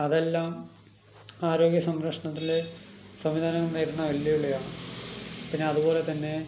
അതെല്ലാം ആരോഗ്യ സംരക്ഷണത്തിലെ സംവിധാനങ്ങൾ നേരിടുന്ന വെല്ലുവിളിയാണ് പിന്നെ അതുപോലെത്തന്നേ